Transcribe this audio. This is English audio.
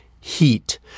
Heat